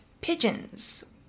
pigeons